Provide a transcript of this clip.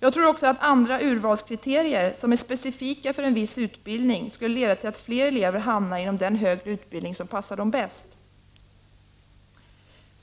Jag tror också att andra urvalskriterier, som är specifika för en viss utbildning, skulle leda till att fler elever hamnar inom den högre utbildning som passar dem bäst.